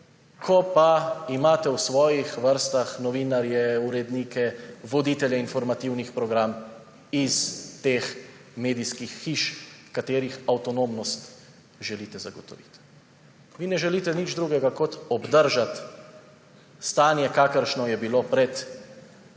ko pa imate v svojih vrstah novinarje, urednike, voditelje informativnih programov iz teh medijskih hiš, katerih avtonomnost želite zagotoviti. Vi ne želite nič drugega, kot obdržati stanje, kakršno je bilo pred